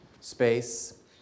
space